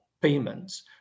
payments